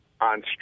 on